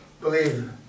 believe